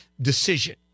decision